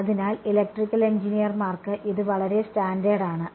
അതിനാൽ ഇലക്ട്രിക്കൽ എഞ്ചിനീയർമാർക്ക് ഇത് വളരെ സ്റ്റാൻഡേർഡ് ആണ്